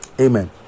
Amen